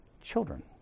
children